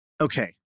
Okay